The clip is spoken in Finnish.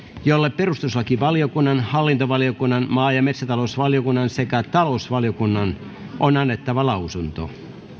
jolle perustuslakivaliokunnan hallintovaliokunnan maa ja metsätalousvaliokunnan sekä talousvaliokunnan on annettava lausunto